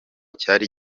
cyari